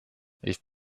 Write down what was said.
ich